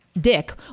dick